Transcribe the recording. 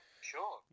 sure